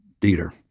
Dieter